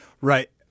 Right